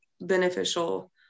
beneficial